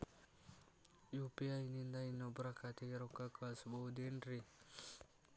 UPI ನಿಂದ ಇನ್ನೊಬ್ರ ಖಾತೆಗೆ ರೊಕ್ಕ ಕಳ್ಸಬಹುದೇನ್ರಿ?